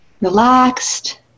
relaxed